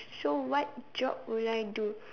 so what job will I do